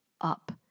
up